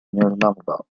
المرضى